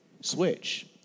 Switch